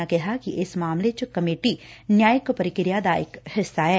ਉਨ੍ਹਾਂ ਕਿਹਾ ਕਿ ਇਸ ਮਾਮਲੇ ਚ ਕਮੇਟੀ ਨਿਆਂਇਕ ਪ੍ਰਕਿਰਿਆ ਦਾ ਇਕ ਹਿੱਸਾ ਐ